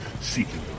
seeking